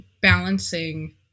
balancing